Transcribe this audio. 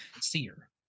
seer